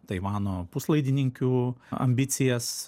taivano puslaidininkių ambicijas